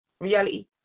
reality